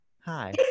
Hi